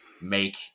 make